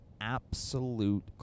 absolute